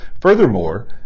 Furthermore